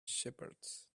shepherds